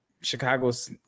Chicago's